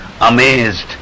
amazed